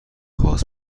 خاص